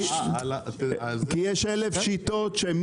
כי יש אלף שיטות.